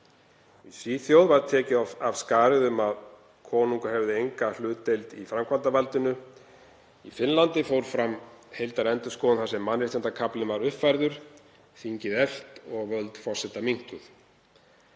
Í Svíþjóð var tekið af skarið um að konungur hefði enga hlutdeild í framkvæmdarvaldinu. Í Finnlandi fór fram heildarendurskoðun þar sem mannréttindakaflinn var uppfærður, þingið eflt og völd forseta minnkuð.